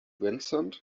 vincent